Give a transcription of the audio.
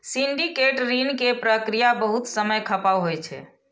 syndicate ऋण के प्रक्रिया बहुत समय खपाऊ होइ छै